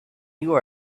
you